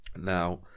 now